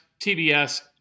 TBS